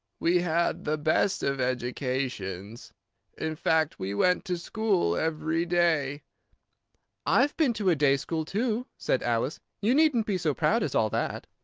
we had the best of educations in fact, we went to school every day i've been to a day-school, too, said alice you needn't be so proud as all that.